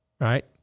Right